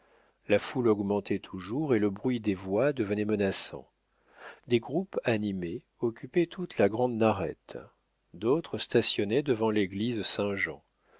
la foule augmentait toujours et le bruit des voix devenait menaçant des groupes animés occupaient toute la grande narette d'autres stationnaient devant l'église